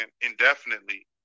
indefinitely